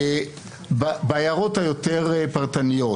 בהערות היותר-פרטניות